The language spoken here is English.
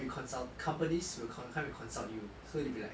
you will be consult companies will come and consult you so you'll be like